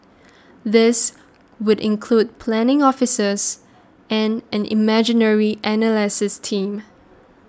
these would include planning officers and an imagery analysis team